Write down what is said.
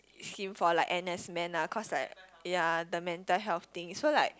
scheme for like N_S man lah cause like ya the mental health thing so like